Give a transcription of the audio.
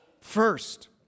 First